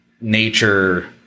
nature